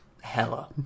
Hella